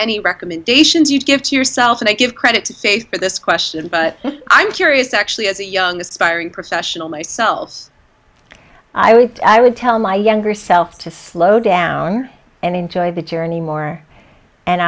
any recommendations you give to yourself and i give credit to this question but i'm curious actually as a young aspiring professional my selves i hoped i would tell my younger self to slow down and enjoy the journey more and